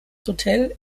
hotel